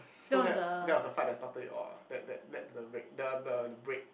so that that was the fight that started it all that that that's the break the the break